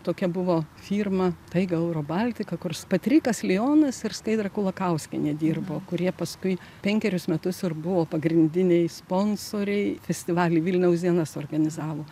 tokia buvo firma taiga euro baltika kurs patrikas lionas ir skaidra kulakauskienė dirbo kurie paskui penkerius metus ir buvo pagrindiniai sponsoriai festivalį vilniaus diena suorganizavo